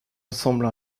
ressemble